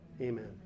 Amen